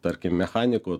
tarkim mechaniku